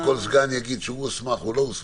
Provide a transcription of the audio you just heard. אני לא אתחיל שכל סגן יגיד שהוא הוסמך או לא הוסמך.